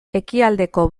ekialdeko